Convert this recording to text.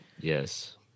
yes